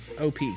OP